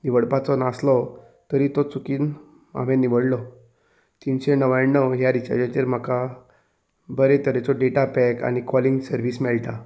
निवडपाचो नासलो तरी तो चुकीन हांवें निवडलो तिनशे णव्याणव ह्या रिचार्जाचेर म्हाका बरे तरेचो डेटा पॅक आनी कॉलिंग सर्वीस मेळटा